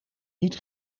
niet